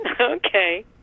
Okay